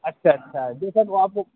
اچھا اچھا جی شاید وہ آپ کو